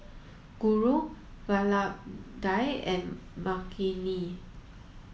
Guru Vallabhbhai and Makineni